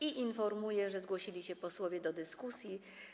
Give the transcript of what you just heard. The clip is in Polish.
Informuję, że zgłosili się posłowie do dyskusji.